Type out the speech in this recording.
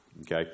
Okay